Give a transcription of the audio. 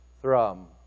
thrum